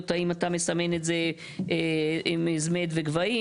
האם אתה מסמן את זה עם אזמד וגבהים,